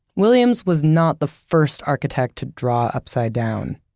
williams was not the first architect to draw upside down,